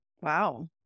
Wow